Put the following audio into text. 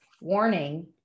Warning